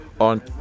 on